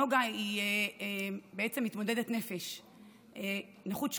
נגה היא מתמודדת נפש, נכות שקופה.